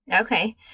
Okay